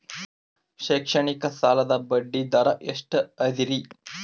ಶೈಕ್ಷಣಿಕ ಸಾಲದ ಬಡ್ಡಿ ದರ ಎಷ್ಟು ಅದರಿ?